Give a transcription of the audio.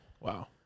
Wow